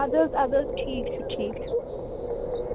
اد حظ اد حظ ٹھیٖک چھُ ٹھیٖک چھُ